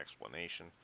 explanation